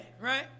right